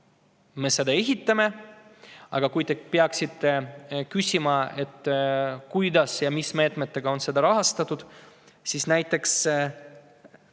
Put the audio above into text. me ehitame. Aga kui te peaksite küsima, kuidas ja mis meetmetega on seda rahastatud, siis [vastaksin,